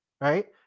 right